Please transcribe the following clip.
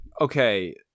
okay